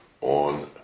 on